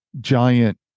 giant